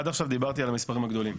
עד עכשיו דיברתי על המספרים הגדולים,